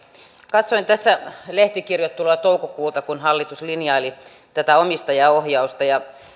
katsoin tässä lehtikirjoittelua toukokuulta kun hallitus linjaili tätä omistajaohjausta ja